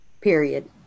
Period